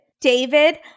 David